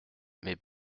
mais